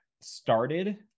started